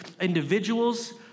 individuals